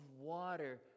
water